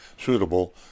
suitable